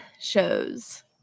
shows